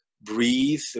breathe